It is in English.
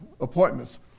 appointments